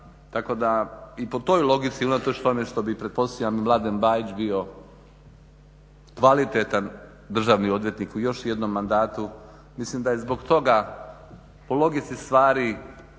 tako da i po toj logici unatoč tome što bi pretpostavljam Mladen Bajić bio kvalitetan državni odvjetnik u još jednom mandatu, mislim da je zbog toga po logici stvari